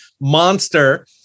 monster